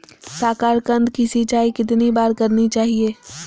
साकारकंद की सिंचाई कितनी बार करनी चाहिए?